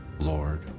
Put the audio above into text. Lord